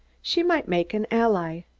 she might make an ally.